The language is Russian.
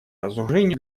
разоружению